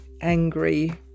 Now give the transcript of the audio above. angry